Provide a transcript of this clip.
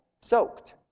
soaked